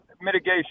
mitigation